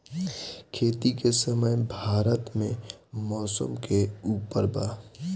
खेती के समय भारत मे मौसम के उपर बा